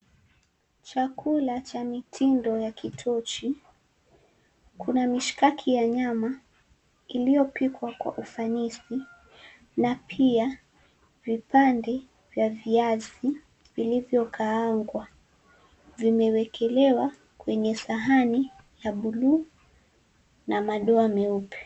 Chakula cha mitindo ya kitochi. Kuna mishkaki ya nyama iliyopikwa kwa ufanisi na pia vipande vya viazi vilivyokaangwa, vimewekelewa kwenye sahani ya buluu na madoa meupe.